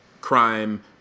crime